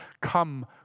Come